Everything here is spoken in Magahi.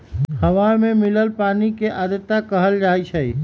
हवा में मिलल पानी के आर्द्रता कहल जाई छई